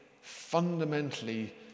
fundamentally